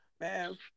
Man